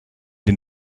den